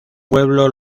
pueblo